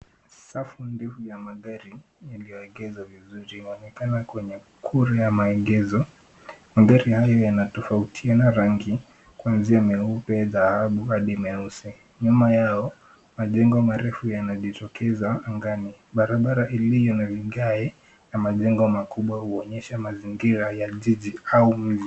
Safu ndefu ya magari yaliyoegezwa vizuri yaonekana kwenye kuria ya maegesho. Magari haya yanatofautiana rangi kwanzia meupe, dhahabu hadi meusi. Nyuma yao, majengo marefu yanajitokeza angani. Barabara iliyo na vigae na majengo makubwa huonyesha mazingira ya jiji au mji.